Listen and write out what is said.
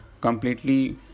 completely